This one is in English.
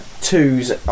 twos